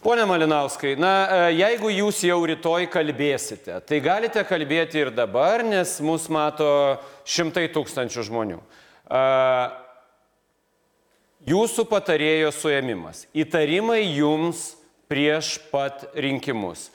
pone malinauskai na jeigu jūs jau rytoj kalbėsite tai galite kalbėti ir dabar nes mus mato šimtai tūkstančių žmonių jūsų patarėjo suėmimas įtarimai jums prieš pat rinkimus